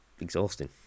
exhausting